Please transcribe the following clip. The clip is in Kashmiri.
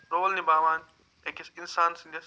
رول نِبھاوان أکِس اِنسان سٕنٛدِس